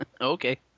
Okay